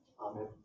Amen